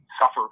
suffer